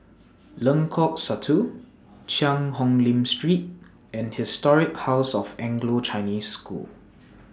Lengkok Satu Cheang Hong Lim Street and Historic House of Anglo Chinese School